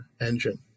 engine